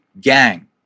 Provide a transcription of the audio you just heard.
gang